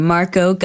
Marco